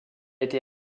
été